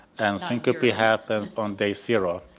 and syncope happens on day zero.